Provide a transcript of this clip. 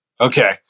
Okay